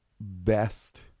Best